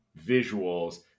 visuals